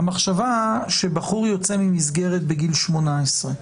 המחשבה שבחור יוצא ממסגרת בגיל 18,